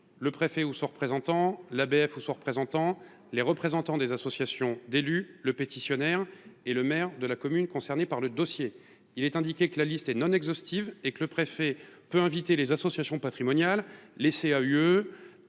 de département ou son représentant, l’ABF ou son représentant, les représentants des associations d’élus, le pétitionnaire et le maire de la commune concernée par le dossier – voilà le bloc de base. Il est indiqué que cette liste est non exhaustive et que le préfet peut y inviter les associations patrimoniales, le CAUE,